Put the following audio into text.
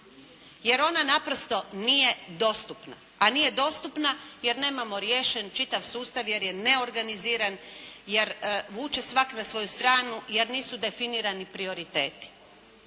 jer ona naprosto nije dostupna, a nije dostupna jer nemamo riješen čitav sustav jer je neorganiziran, jer vuče svak na svoju stranu, jer nisu definirani prioriteti.